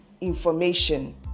information